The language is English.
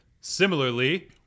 Similarly